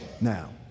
now